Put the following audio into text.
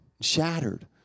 shattered